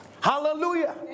Hallelujah